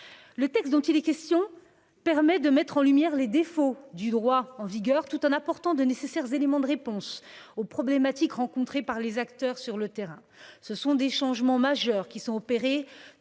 Le présent texte permet de mettre en lumière les défauts du droit en vigueur, tout en apportant les nécessaires éléments de réponse aux problématiques rencontrées par les acteurs sur le terrain. Ce sont des changements majeurs qui sont opérés,